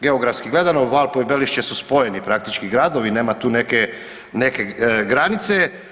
Geografski gledano Valpovo i Belišće su spojeni praktički gradovi, nema tu neke, neke granice.